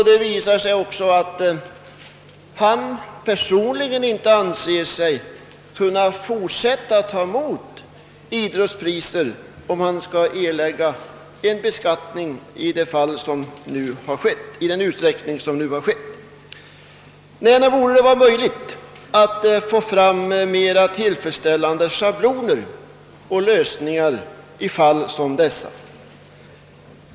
— Det visar sig också att Assar Rönnlund personligen inte anser sig kunna fortsätta att ta emot idrottspriser om han skall erlägga skatt för priserna i samma utsträckning som hittills. Och nog borde det, herr talman, vara möjligt att få till stånd mera tillfredsställande schabloner och lösningar i fall som dessa.